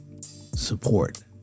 Support